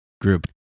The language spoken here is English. group